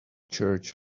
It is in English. church